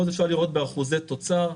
פה אפשר לראות באחוזי תוצר.